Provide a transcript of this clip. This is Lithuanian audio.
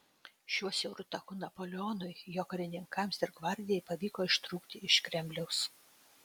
šiuo siauru taku napoleonui jo karininkams ir gvardijai pavyko ištrūkti iš kremliaus